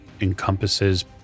encompasses